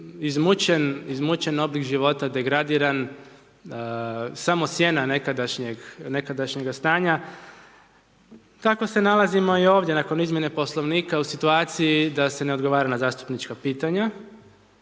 izmučen oblik života, degradiran samo sjena nekadašnjeg, nekadašnjega stanja, tako se nalazimo i ovdje nakon izmjene Poslovnika u situaciji da se ne odgovara na zastupnička pitanja,